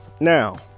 Now